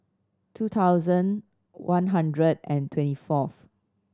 two thousand one hundred and twenty fourth